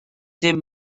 dim